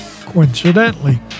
coincidentally